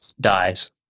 dies